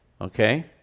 okay